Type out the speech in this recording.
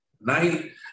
Nine